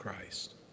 Christ